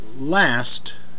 last